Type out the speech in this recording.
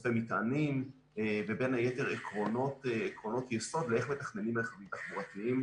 מסופי מטענים ובין היתר עקרונות יסוד לאיך מתכננים מתחמים תחבורתיים,